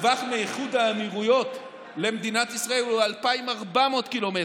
הטווח מאיחוד האמירויות למדינת ישראל הוא 2,400 קילומטר,